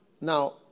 Now